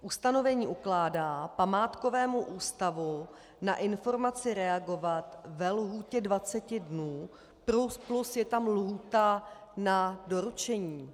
Ustanovení ukládá památkovému ústavu na informaci reagovat ve lhůtě 20 dnů, plus je tam lhůta na doručení.